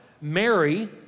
Mary